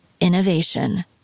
innovation